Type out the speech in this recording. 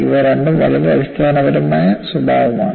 ഇവ രണ്ടും വളരെ അടിസ്ഥാനപരമായ സ്വഭാവമാണ്